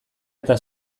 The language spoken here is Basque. eta